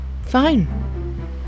Fine